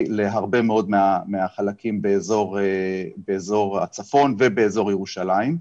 להרבה מאוד מהחלקים באזור הצפון ובאזור ירושלים.